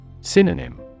Synonym